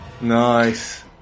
Nice